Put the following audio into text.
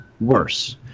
worse